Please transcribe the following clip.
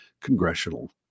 congressional